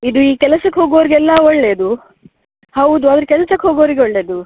ಇದು ಈ ಕೆಲಸಕ್ಕೆ ಹೋಗೋರಿಗೆಲ್ಲ ಒಳ್ಳೆಯದು ಹೌದು ಅವ್ರ ಕೆಲ್ಸಕ್ಕೆ ಹೋಗೋರಿಗೆ ಒಳ್ಳೆಯದು